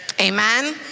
Amen